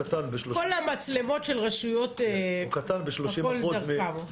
כל המצלמות של הרשויות המקומית דרכם.